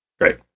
Great